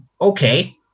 okay